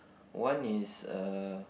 one is uh